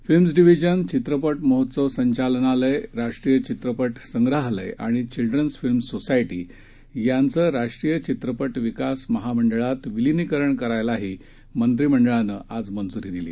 Films Division चित्रपटमहोत्सवसंचालनालय राष्ट्रीयचित्रपटसंग्रहालयआणिचिल्ड्रन्सफिल्म्ससोसायटीयांचंराष्ट्रीयचित्रपटविकासमहामंडळातविलिनीकर नकरायलाहीमंत्रिमंडळानंआजमंज्रीदिली